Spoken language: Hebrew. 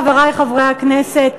חברי חברי הכנסת,